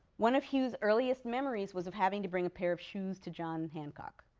one of hughes's earliest memories was of having to bring a pair of shoes to john hancock.